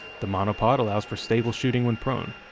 the monopod allows for stable shooting when prone.